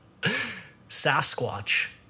Sasquatch